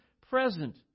present